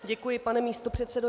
Děkuji, padne místopředsedo.